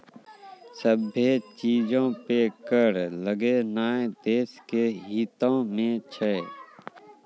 सभ्भे चीजो पे कर लगैनाय देश के हितो मे छै